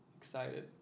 excited